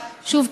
שוב,